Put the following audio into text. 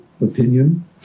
opinion